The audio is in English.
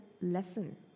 lesson